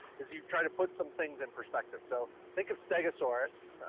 is you try to put some things in perspective. so think of stegosaurus.